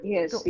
Yes